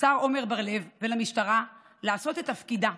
השר עמר בר לב, למשטרה, לעשות את תפקידה,